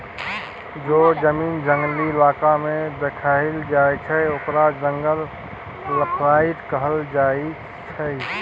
जे जमीन जंगली इलाका में देखाएल जाइ छइ ओकरा जंगल प्लॉट कहल जाइ छइ